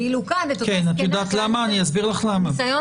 ואילו כאן לאותה זקנה במקרה של ניסיון